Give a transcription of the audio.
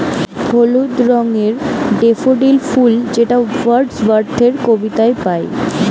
হলুদ রঙের ডেফোডিল ফুল যেটা ওয়ার্ডস ওয়ার্থের কবিতায় পাই